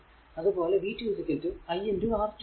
അതുപോലെ v 2 i R2 ആണ്